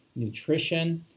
nutrition,